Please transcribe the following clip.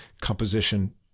composition